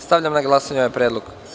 Stavljam na glasanje ovaj predlog.